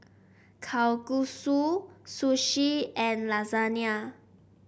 Kalguksu Sushi and Lasagna